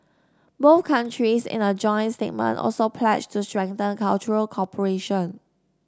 both countries in a joint statement also pledged to strengthen cultural cooperation